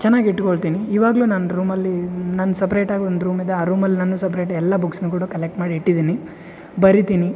ಚೆನ್ನಾಗಿ ಇಟ್ಕೊಳ್ತೀನಿ ಇವಾಗಲು ನಾನು ರೂಮಲ್ಲಿ ನನ್ನ ಸಪ್ರೇಟಾಗಿ ಒಂದು ರೂಮಿದೆ ಆ ರೂಮಲ್ಲಿ ನಾನು ಸಪರೇಟ್ ಎಲ್ಲ ಬುಕ್ಸ್ನು ಕೂಡ ಕಲೆಕ್ಟ್ ಮಾಡಿ ಇಟ್ಟಿದೀನಿ ಬರೀತಿನಿ